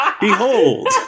Behold